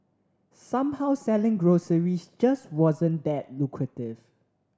somehow selling groceries just wasn't that lucrative